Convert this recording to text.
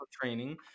training